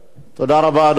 תודה רבה, אדוני.